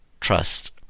trust